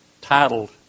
titled